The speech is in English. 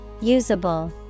Usable